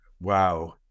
Wow